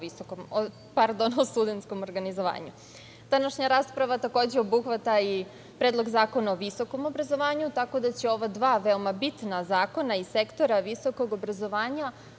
o studentskom organizovanju. Današnja rasprava, takođe, obuhvata i Predlog zakona o visokom obrazovanju, tako da će ova dva veoma bitna zakona iz sektora visokog obrazovanja